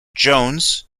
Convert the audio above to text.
jones